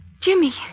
Jimmy